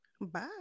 bye